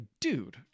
dude